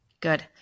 Good